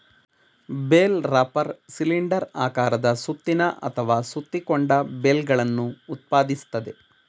bale wrapper cylinder ಆಕಾರದ ಸುತ್ತಿನ ಅಥವಾ ಸುತ್ತಿಕೊಂಡ ಬೇಲ್ಗಳನ್ನು ಉತ್ಪಾದಿಸ್ತದೆ